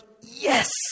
yes